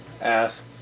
Ass